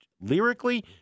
lyrically